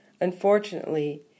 Unfortunately